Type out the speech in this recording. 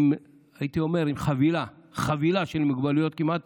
הייתי אומר עם חבילה של מוגבלויות שכמעט